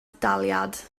daliad